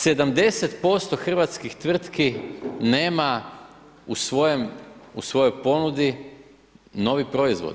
70% hrvatskih tvrtki nema u svojoj ponudi novi proizvod.